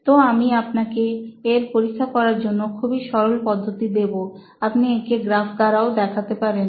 তো আমি আপনাকে এর পরীক্ষা করার জন্য খুবই সরল পদ্ধতি দেবো আপনি একে গ্রাফ দ্বারাও দেখতে পারেন